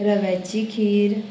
रव्याची खीर